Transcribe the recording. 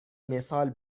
مثال